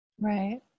right